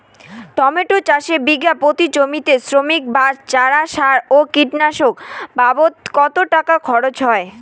Tomato চাষে বিঘা প্রতি জমিতে শ্রমিক, বাঁশ, চারা, সার ও কীটনাশক বাবদ কত টাকা খরচ হয়?